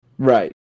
Right